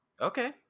okay